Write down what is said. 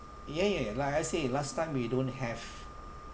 ya ya ya like I say last time we don't have